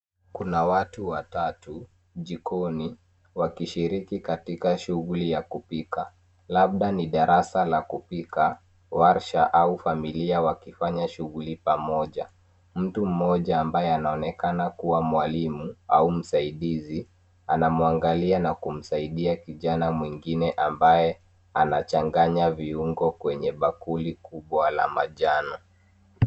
Kuna watu watatu jikoni wakishiriki katika shughuli ya kupika labda ni darasa la kupika, warsha au familia wakifanya shughuli pamoja. Mtu mmoja ambaye anaonekana kuwa mwalimu au msaidizi anamwangalia na kumsaidia kijana mwingine ambaye anachanganya viungo kwenye bakuli kubwa la manjano.